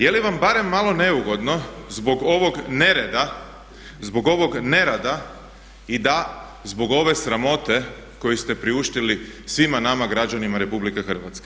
Je li vam barem malo neugodno zbog ovog nereda, zbog ovog nerada i da zbog ove sramote koju ste priuštili svima nama građanima RH?